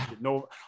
no